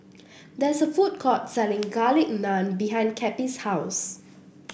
there is a food court selling Garlic Naan behind Cappie's house